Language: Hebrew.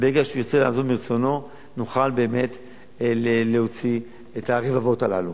וברגע שהוא ירצה לעזוב מרצונו נוכל באמת להוציא את הקצוות הללו.